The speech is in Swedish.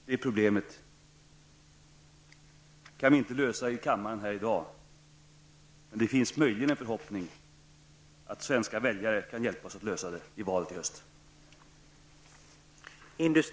Det problemet kan vi inte lösa i kammaren här i dag, men det finns möjligen en förhoppning att svenska väljare kan hjälpa oss att lösa det i valet i höst.